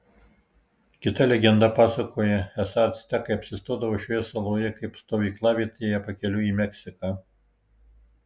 kita legenda pasakoja esą actekai apsistodavo šioje saloje kaip stovyklavietėje pakeliui į meksiką